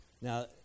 Now